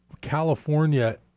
California